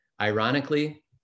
Ironically